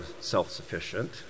self-sufficient